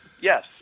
Yes